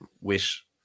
wish